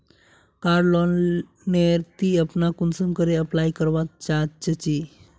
कार loan नेर ती अपना कुंसम करे अप्लाई करवा चाँ चची?